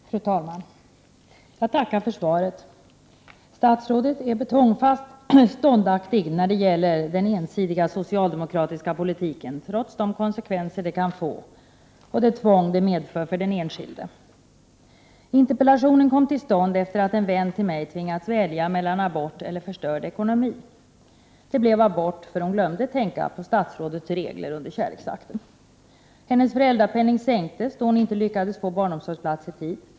Fru talman! Jag tackar för svaret. Statsrådet är betongfast ståndaktig när det gäller den ensidiga socialdemokratiska politiken, trots de konsekvenser den kan få och det tvång den medför för den enskilde. Prot. 1988/89:118 Min interpellation kom till stånd efter det att en vän till mig hade tvingats 22 maj 1989 välja mellan abort eller förstörd ekonomi. Det blev abort, eftersom hon under kärleksakten glömde tänka på statsrådets regler. Hennes föräldrapenning sänktes då hon inte lyckades få barnomsorgsplats i tid.